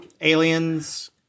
aliens